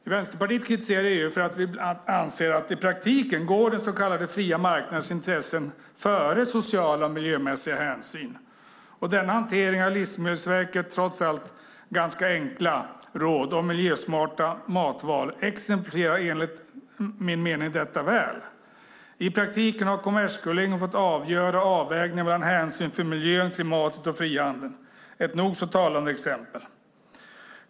Vi i Vänsterpartiet kritiserar EU för att vi anser att den så kallade fria marknadens intressen i praktiken går före sociala och miljömässiga hänsyn. Denna hantering av Livsmedelsverkets trots allt ganska enkla råd om miljösmarta matval exemplifierar enligt min mening detta väl. I praktiken har Kommerskollegium fått avgöra avvägningen mellan hänsynen till miljön, klimatet och frihandeln - ett nog så talande exempel.